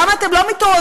למה אתם לא מתעוררים?